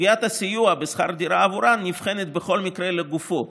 סוגיית הסיוע בשכר דירה עבורם נבחנת בכל מקרה לגופו,